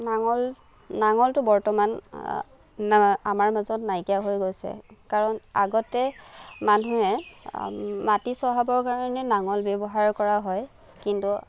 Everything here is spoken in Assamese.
নাঙল নাঙলটো বৰ্তমান আমাৰ মাজত নাইকিয়া হৈ গৈছে কাৰণ আগতে মানুহে মাটি চহাবৰ কাৰণে নাঙল ব্যৱহাৰ কৰা হয় কিন্তু